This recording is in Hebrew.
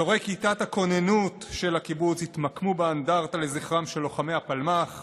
חברי כיתת הכוננות של הקיבוץ התמקמו באנדרטה לזכרם של לוחמי הפלמ"ח